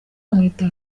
bamwita